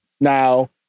Now